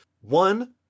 One